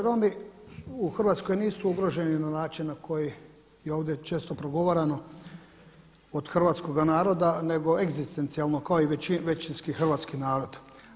Romi u Hrvatskoj nisu ugroženi na način na koji je ovdje često progovarano od hrvatskoga naroda nego egzistencijalno kao i većinski hrvatski narod.